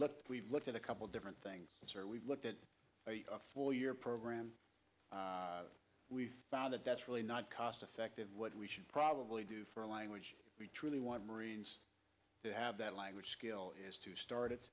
look we've looked at a couple different things sir we've looked at a full year program we found that that's really not cost effective what we should probably do for language we truly want marines to have that language skill is to start